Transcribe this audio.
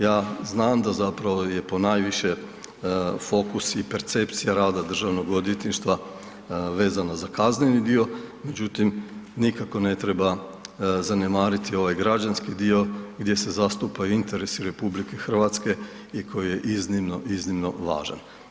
Ja znam da je ponajviše fokus i percepcija rada državnog odvjetništva vezano za kazneni dio, međutim nikako ne treba zanemariti ovaj građanski dio gdje se zastupaju interesi RH i koji je iznimno, iznimno važan.